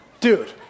Dude